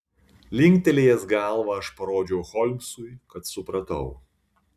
linktelėjęs galvą aš parodžiau holmsui kad supratau